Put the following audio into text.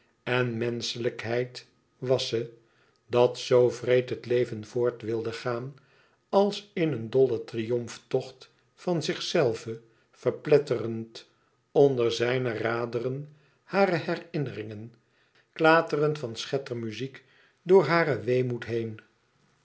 en menschelijkheid was ze dat zoo wreed het leven voort wilde gaan als in een dollen triomftocht van zichzelven verpletterend onder zijne raderen hare herinneringen klaterend van schettermuziek door haren weemoed heen